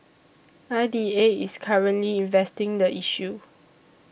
I D A is currently investing the issue